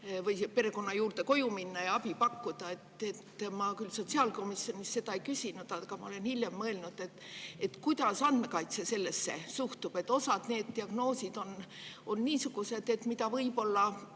perekonna juurde koju minna ja abi pakkuda. Ma küll sotsiaalkomisjonis seda ei küsinud, aga ma olen hiljem mõelnud selle peale, kuidas andmekaitse sellesse suhtub. Osa neid diagnoose on niisugused, mida võib-olla